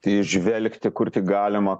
įžvelgti kur tik galima